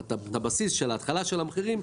ההתחלה של המחירים,